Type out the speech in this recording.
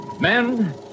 Men